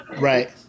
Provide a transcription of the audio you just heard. Right